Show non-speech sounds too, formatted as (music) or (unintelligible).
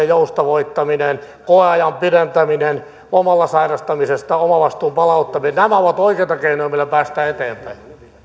(unintelligible) joustavoittaminen koeajan pidentäminen lomalla sairastamisesta omavastuun palauttaminen nämä ovat oikeita keinoja millä päästään eteenpäin